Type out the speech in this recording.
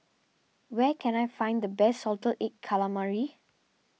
where can I find the best Salted Egg Calamari